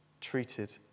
treated